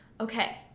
Okay